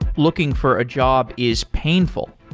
looking for a job is painful,